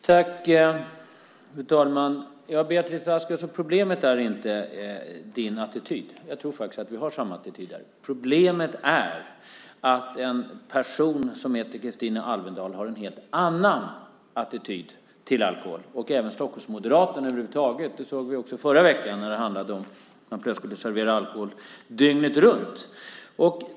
Fru talman! Beatrice Ask, problemet är inte din attityd. Jag tror faktiskt att vi har samma attityd här. Problemet är att en person som heter Kristina Alvendal har en helt annan attityd till alkohol. Det har även Stockholmsmoderaterna över huvud taget. Det såg vi också förra veckan när det handlade om att man plötsligt skulle servera alkohol dygnet runt.